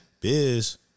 Biz